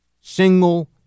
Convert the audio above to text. single